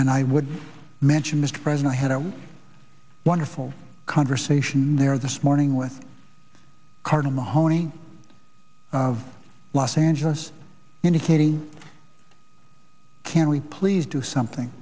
and i would mention mr president i had a wonderful conversation there this morning with cardinal mahoney of los angeles indicating can we please do something